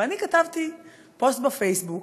ואני כתבתי פוסט בפייסבוק